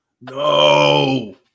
No